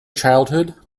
childhood